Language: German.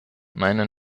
meine